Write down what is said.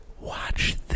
watch